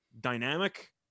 dynamic